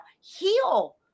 Heal